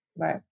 Right